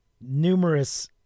numerous